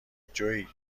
جویی